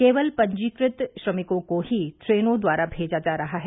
केवल पंजीकृत श्रमिकों को ही ट्रेनों द्वारा भेजा जा रहा है